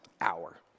hour